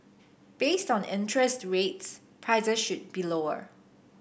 based on interest rates prices should be lower